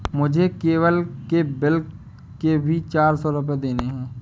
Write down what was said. मुझे केबल के बिल के भी चार सौ रुपए देने हैं